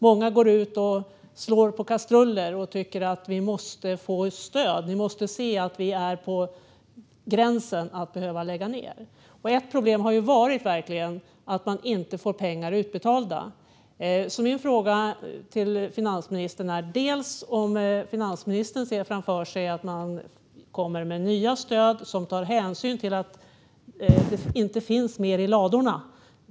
Många går ut och slår på kastruller och tycker att de måste få stöd; de är på gränsen att behöva lägga ned. Ett problem har varit att de inte får pengarna utbetalda. Ser finansministern framför sig att man kommer med nya stöd som tar hänsyn till att det inte finns mer i ladorna?